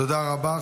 תודה רבה.